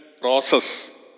process